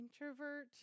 Introvert